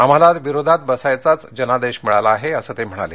आम्हाला विरोधात बसायचाच जनादेश मिळाला आहे असं ते म्हणाले